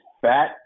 fat